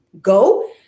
go